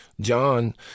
john